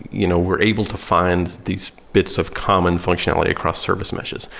you know we're able to find these bits of common functionality across service meshes.